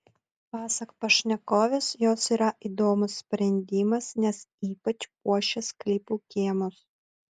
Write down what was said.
pasak pašnekovės jos yra įdomus sprendimas nes ypač puošia sklypų kiemus